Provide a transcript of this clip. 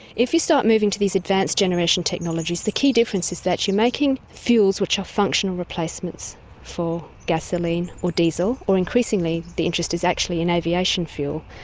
if you start moving to these advanced generation technologies, the key difference is that you are making fuels which are functional replacements for gasoline or diesel, or increasingly the interest is actually in aviation fuel.